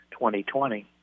2020